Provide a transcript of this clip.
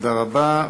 תודה רבה.